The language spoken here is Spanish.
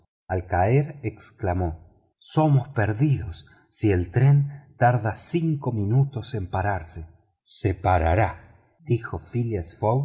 al caer exclamó estamos perdidos si el tren tarda cinco minutos en pararse se parará dijo phileas